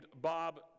Bob